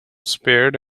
spared